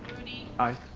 groody. i.